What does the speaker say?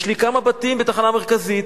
יש לי כמה בתים בתחנה מרכזית,